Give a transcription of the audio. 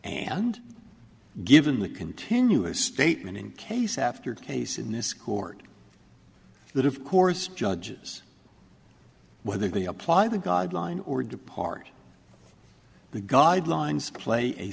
and given the continuous statement in case after case in this court that of course judges whether they apply the god line or depart the god lines play a